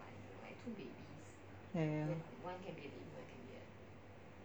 ya ya